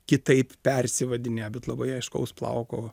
kitaip persivadinę bet labai aiškaus plauko